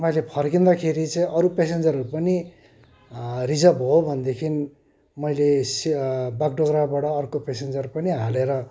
तपाईँले फर्किँदाखेरि चाहिँ अरू पेसेन्जरहरू पनि रिजर्भ हो भनेदेखिन् मैले से बागडोग्राबाट अर्को पेसेन्जर पनि हालेर